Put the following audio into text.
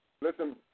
Listen